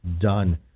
Done